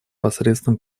посредством